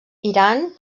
iran